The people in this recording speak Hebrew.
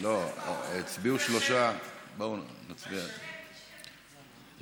בואו נצביע על זה שוב.